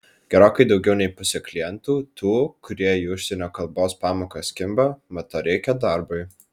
gerokai daugiau nei pusė klientų tų kurie į užsienio kalbos pamokas kimba mat to reikia darbui